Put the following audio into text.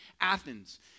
Athens